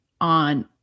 on